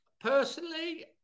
personally